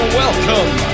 welcome